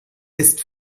ist